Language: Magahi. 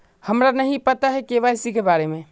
हमरा नहीं पता के.वाई.सी के बारे में?